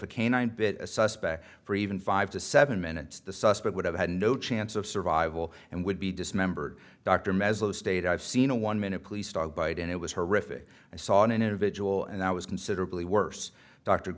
a canine bit a suspect for even five to seven minutes the suspect would have had no chance of survival and would be dismembered dr mezzo state i've seen a one minute police dog bite and it was horrific i saw an individual and i was considerably worse dr